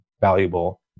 valuable